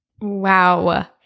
Wow